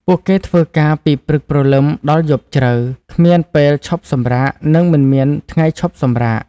ពួកគេធ្វើការពីព្រឹកព្រលឹមដល់យប់ជ្រៅ គ្មានពេលឈប់សម្រាក និងមិនមានថ្ងៃឈប់សម្រាក។